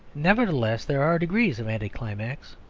nevertheless there are degrees of anticlimax.